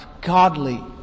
godly